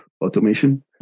automation